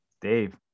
Dave